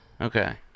Okay